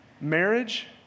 Marriage